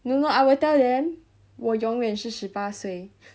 no no I will tell them 我永远是十八岁